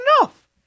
enough